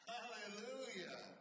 Hallelujah